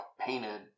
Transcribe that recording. painted